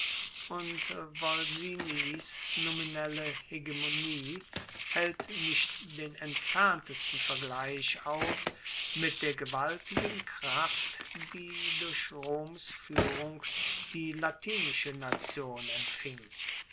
und volsiniis nominelle hegemonie haelt nicht den entferntesten vergleich aus mit der gewaltigen kraft die durch roms fuehrung die latinische nation empfing